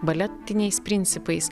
baletiniais principais